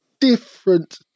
different